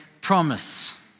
promise